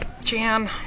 Jan